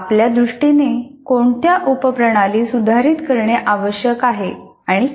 आपल्या दृष्टीने कोणत्या उपप्रणाली सुधारित करणे आवश्यक आहे आणि का